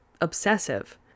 obsessive